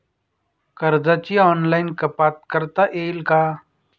कर्जाची ऑनलाईन कपात करता येईल का?